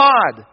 God